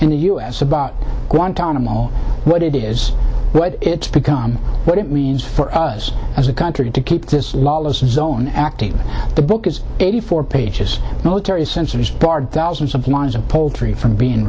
in the u s about guantanamo what it is what it's become what it means for us as a country to keep this lawless zone acting the book is eighty four pages military censors barred thousands of miles of poultry from being